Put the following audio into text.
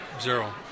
zero